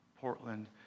Portland